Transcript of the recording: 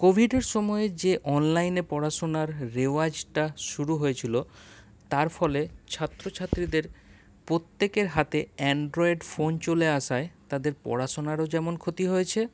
কোভিডের সময়ে যে অনলাইনে পড়াশোনার রেওয়াজটা শুরু হয়েছিল তার ফলে ছাত্রছাত্রীদের প্রত্যেকের হাতে অ্যানড্রয়েড ফোন চলে আসায় তাদের পড়াশোনারও যেমন ক্ষতি হয়েছে